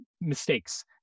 mistakes